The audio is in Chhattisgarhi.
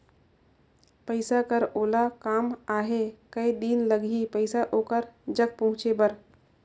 पइसा कर ओला काम आहे कये दिन लगही पइसा ओकर जग पहुंचे बर?